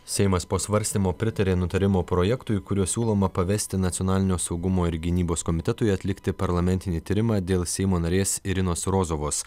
seimas po svarstymo pritarė nutarimo projektui kuriuo siūloma pavesti nacionalinio saugumo ir gynybos komitetui atlikti parlamentinį tyrimą dėl seimo narės irinos rozovos